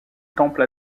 temple